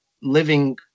living